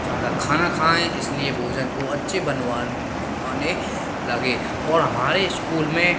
जादा खाना खाएँ इसलिए भोजन को अच्छे बनवान बनवाने लगे और हमारे स्कूल में